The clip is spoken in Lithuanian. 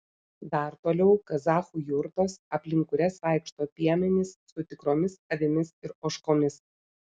dar toliau kazachų jurtos aplink kurias vaikšto piemenys su tikromis avimis ir ožkomis